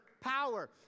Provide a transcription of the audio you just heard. power